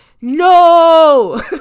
No